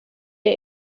der